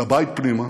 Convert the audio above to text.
בבית פנימה,